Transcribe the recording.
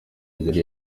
yari